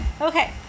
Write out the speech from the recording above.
Okay